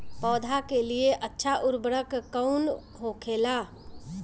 पौधा के लिए अच्छा उर्वरक कउन होखेला?